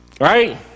right